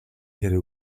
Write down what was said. хэр